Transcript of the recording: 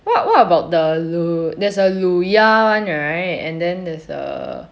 what what about the 卤 there's a 卤鸭 one right and then there's a